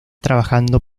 trabajando